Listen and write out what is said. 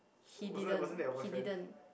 he didn't he didn't